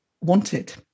wanted